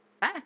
Bye